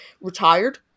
retired